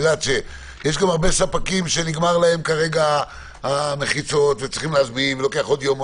יש הרבה ספקים שנגמר להם המחיצות וצריכים להזמין ולוקח עוד יום,